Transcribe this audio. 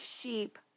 sheep